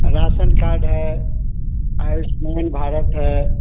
ration card है आयुष्मान भारत है